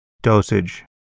dosage